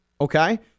okay